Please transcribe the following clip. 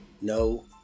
No